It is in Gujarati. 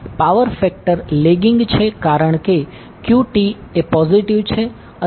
પાવર ફેક્ટર લેગિંગ છે કારણ કે QT એ પોઝિટીવ છે અથવા P2P1છે